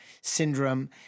syndrome